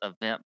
event